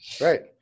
Right